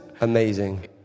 amazing